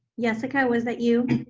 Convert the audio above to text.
yesica, was that you?